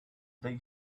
they